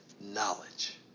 knowledge